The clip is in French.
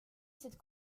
cette